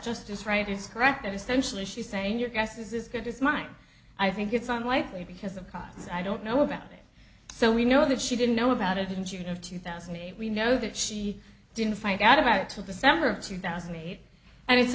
justice wright is correct that essentially she's saying your guess is as good as mine i think it's unlikely because of cause i don't know about it so we know that she didn't know about it in june of two thousand and eight we know that she didn't find out about it till the summer of two thousand and eight and it's